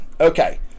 Okay